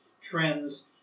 trends